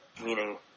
meaning